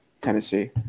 Tennessee